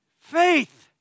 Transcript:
Faith